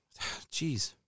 Jeez